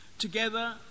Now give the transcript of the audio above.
together